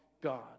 God